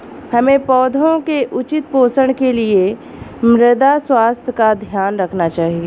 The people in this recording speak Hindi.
हमें पौधों के उचित पोषण के लिए मृदा स्वास्थ्य का ध्यान रखना चाहिए